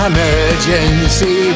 Emergency